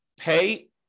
pay